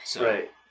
Right